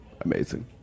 amazing